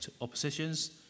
oppositions